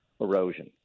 erosion